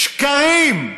שקרים.